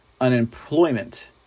unemployment